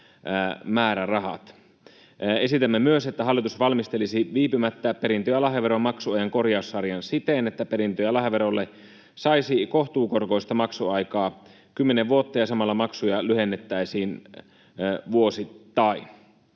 Esitämme myös, että hallitus valmistelisi viipymättä perintö‑ ja lahjaveron maksuajan korjaussarjan siten, että perintö‑ ja lahjaverolle saisi kohtuukorkoista maksuaikaa kymmenen vuotta ja samalla maksuja lyhennettäisiin vuosittain.